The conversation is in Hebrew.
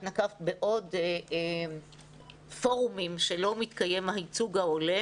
נקבת בעוד פורומים שלא מתקיים בהם הייצוג ההולם